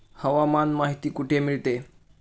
हवामान माहिती कुठे मिळते?